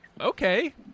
okay